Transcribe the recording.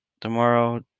Tomorrow